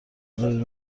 بودیم